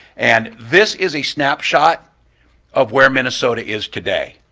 and this is a snapshot of where minnesota is today.